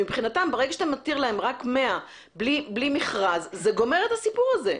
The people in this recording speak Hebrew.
מבחינתם ברגע שאתה מתיר להם רק 100 בלי מכרז זה גומר את הסיפור הזה.